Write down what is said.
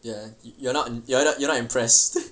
ya you're not you're not you're not impressed